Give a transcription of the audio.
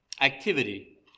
activity